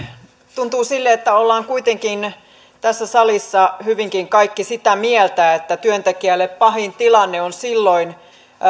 tuntuu siltä että olemme kuitenkin tässä salissa hyvinkin kaikki sitä mieltä että työntekijälle pahin tilanne on silloin